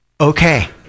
Okay